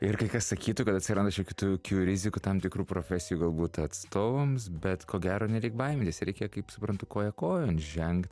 ir kai kas sakytų kad atsiranda čia kitokių rizikų tam tikrų profesijų galbūt atstovams bet ko gero ne reik baimintis reikia kaip suprantu koja kojon žengt